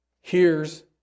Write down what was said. hears